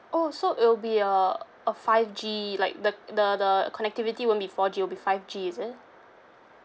oh so it'll be a a five G like the the the connectivity won't be four G will be five G is it